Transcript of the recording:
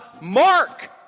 Mark